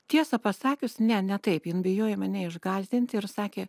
tiesą pasakius ne ne taip jin bijojo mane išgąsdinti ir sakė